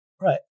Right